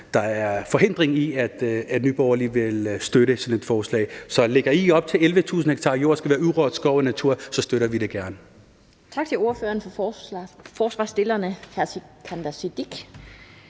der forhindrer, at Nye Borgerlige vil støtte sådan et forslag. Så hvis I lægger op til, at 11.000 ha jord skal være urørt skov og natur, så støtter vi det gerne.